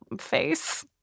face